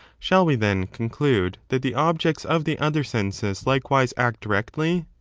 shall we, then, conclude that the objects of the other senses likewise act directly?